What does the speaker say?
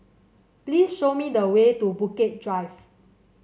please show me the way to Bukit Drive